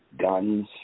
guns